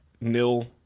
nil